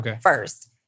first